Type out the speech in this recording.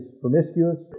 promiscuous